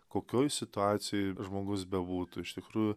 kokioj situacijoj žmogus bebūtų iš tikrųjų